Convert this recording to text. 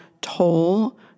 toll